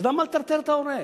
אז למה לטרטר את ההורה?